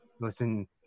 Listen